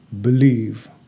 believe